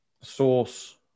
source